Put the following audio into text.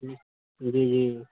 जी जी